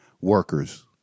workers